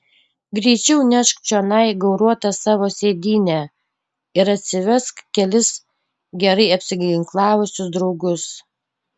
greičiau nešk čionai gauruotą savo sėdynę ir atsivesk kelis gerai apsiginklavusius draugus